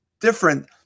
different